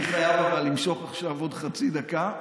אבל אני חייב למשוך עכשיו עוד חצי דקה,